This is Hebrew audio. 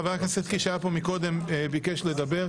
חבר הכנסת קיש שהיה פה מקודם, ביקש לדבר.